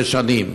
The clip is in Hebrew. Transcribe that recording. שש שנים.